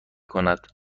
کند